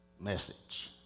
message